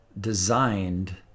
designed